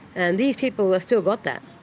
and these people have still got that,